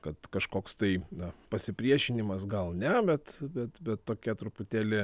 kad kažkoks tai na pasipriešinimas gal ne bet bet bet tokia truputėlį